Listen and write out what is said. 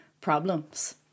problems